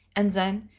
and then,